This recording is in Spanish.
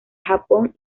japón